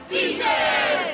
Beaches